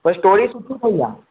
पर स्टोरी सुठी ठही आहे